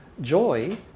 Joy